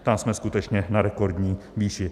Tam jsme skutečně na rekordní výši.